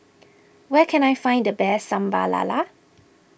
where can I find the best Sambal Lala